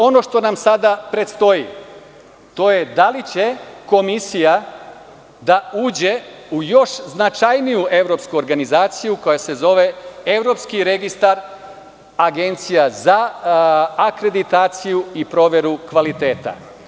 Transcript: Ono što nam sada predstoji, to je da li će Komisija da uđe u još značajniju evropsku organizaciju koja se zove Evropski registar Agencija za akreditaciju i proveru kvaliteta?